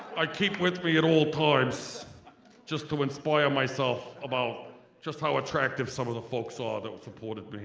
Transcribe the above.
i keep with me at all times just to inspire myself about just how attractive some of the folks are that supported me.